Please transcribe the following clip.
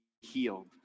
healed